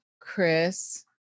Chris